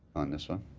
on this one.